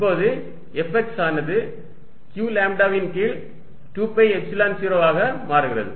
இப்போது Fx ஆனது q லாம்ப்டாவின் கீழ் 2 பை எப்சிலன் 0 x ஆக மாறுகிறது